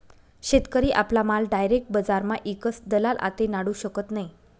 शेतकरी आपला माल डायरेक बजारमा ईकस दलाल आते नाडू शकत नै